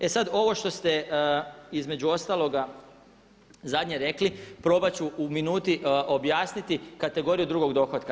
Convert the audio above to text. E sad ovo što ste između ostaloga zadnje rekli probat ću u minuti objasniti kategoriju drugog dohotka.